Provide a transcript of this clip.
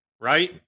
right